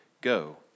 go